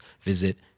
visit